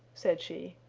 said she,